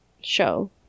show